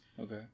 Okay